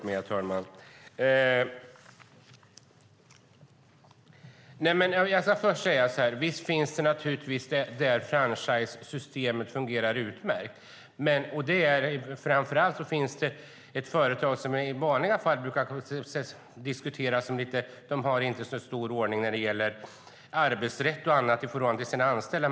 Herr talman! Det finns naturligtvis exempel på att franchisesystemet fungerar utmärkt. Det som framför allt brukar diskuteras är ett företag som inte har så stor ordning när det gäller arbetsrätt och annat i förhållande till sina anställda.